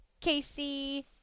Casey